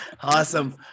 Awesome